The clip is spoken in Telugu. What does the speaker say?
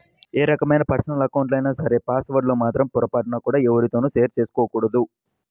ఏ రకమైన పర్సనల్ అకౌంట్లైనా సరే పాస్ వర్డ్ లను మాత్రం పొరపాటున కూడా ఎవ్వరితోనూ షేర్ చేసుకోకూడదు